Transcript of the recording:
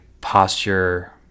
posture